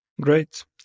Great